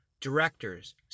directors